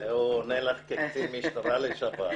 --- זה הוא עונה לך כקצין משטרה לשעבר.